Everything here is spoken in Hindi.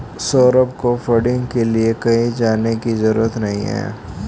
सौरभ को फंडिंग के लिए कहीं जाने की जरूरत नहीं है